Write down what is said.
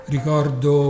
Ricordo